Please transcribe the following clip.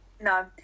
No